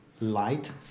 light